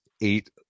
eight